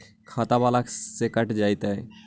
खाता बाला से कट जयतैय?